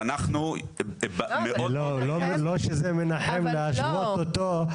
לא שזה מנחם להשוות אותו.